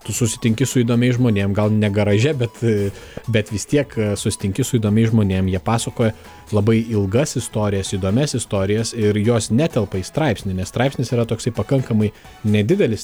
tu susitinki su įdomiais žmonėm gal ne garaže bet bet vis tiek susitinki su įdomiais žmonėm jie pasakoja labai ilgas istorijas įdomias istorijas ir jos netelpa į straipsnį nes straipsnis yra toksai pakankamai nedidelis